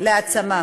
להעצמה.